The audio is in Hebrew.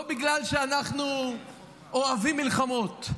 לא בגלל שאנחנו אוהבים מלחמות,